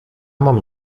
mam